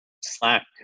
Slack